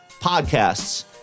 Podcasts